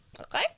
Okay